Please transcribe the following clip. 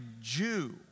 Jew